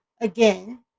again